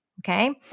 okay